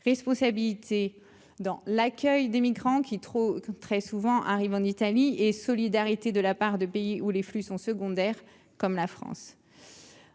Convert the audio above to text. responsabilité dans l'accueil des migrants qui trop, comme très souvent arrivent en Italie et solidarité de la part de pays où les flux sont secondaires comme la France,